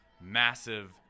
massive